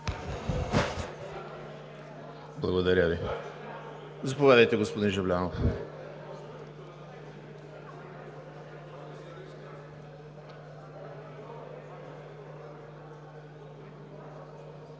Благодаря Ви. Заповядайте, господин Жаблянов.